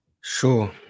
Sure